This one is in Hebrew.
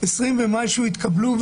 20 ומשהו התקבלו,